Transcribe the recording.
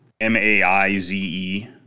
M-A-I-Z-E